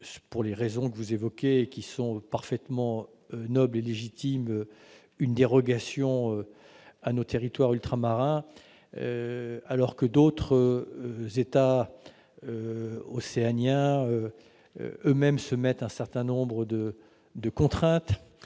pour les raisons que vous évoquez et qui sont parfaitement nobles et légitimes, une dérogation à nos territoires ultramarins, alors que d'autres États océaniens s'imposent eux-mêmes la contrainte